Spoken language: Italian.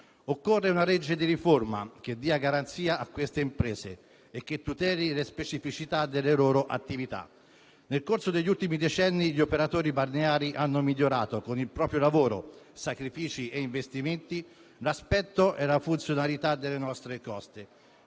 Occorre una legge di riforma che dia garanzia a queste imprese e che tuteli le specificità della loro attività. Nel corso degli ultimi decenni gli operatori balneari hanno migliorato, con il proprio lavoro, sacrifici e investimenti, l'aspetto e la funzionalità delle nostre coste,